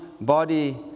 body